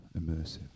immersive